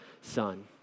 son